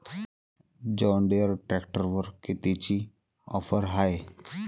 John Deere ट्रॅक्टरवर कितीची offer हाये?